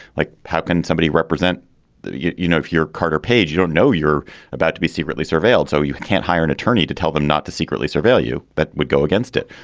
like, how can somebody represent you you know, if you're carter page, you don't know you're about to be secretly surveilled. so you can't hire an attorney to tell them not to secretly surveil you. that would go against it.